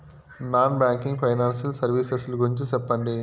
Non banking financial services ల గురించి సెప్పండి?